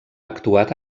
actuat